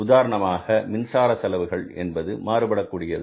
உதாரணமாக மின்சார செலவுகள் என்பது மாறுபடக்கூடியது